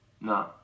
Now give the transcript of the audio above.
No